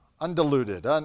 undiluted